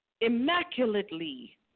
immaculately